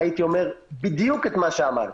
הייתי אומר בדיוק את מה שאמרת.